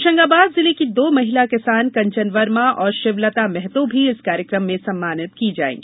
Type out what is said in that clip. होशंगाबाद जिले की दो महिला किसान कंचन वर्मा और शिवलता मेहतो भी इस कार्यक्रम में सम्मानित की जायेंगी